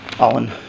Alan